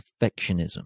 perfectionism